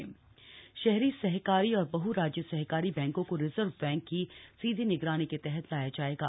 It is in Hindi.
को ऑपरेटिव बैंक शहरी सहकारी और बह राज्य सहकारी बैंकों को रिजर्व बैंक की सीधी निगरानी के तहत लाया जाएगा